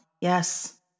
Yes